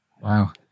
Wow